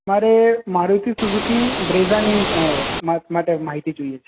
અરે મારુતી સુઝુકી બ્રેઝાની અને માહિતી જોઈએ છે